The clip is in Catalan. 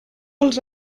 els